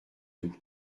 tout